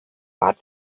bat